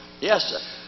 Yes